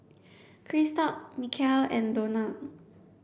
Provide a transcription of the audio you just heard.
Christop Micheal and Donald